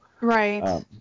Right